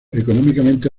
económicamente